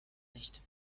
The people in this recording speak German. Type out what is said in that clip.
nicht